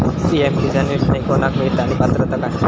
PM Kisan योजना ही कोणाक मिळता आणि पात्रता काय?